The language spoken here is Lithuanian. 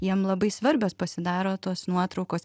jiem labai svarbios pasidaro tos nuotraukos